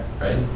right